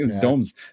domes